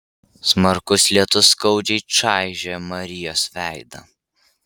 smarkus lietus skaudžiai čaižė marijos veidą